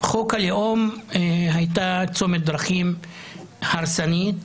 חוק הלאום היה צומת דרכים הרסנית,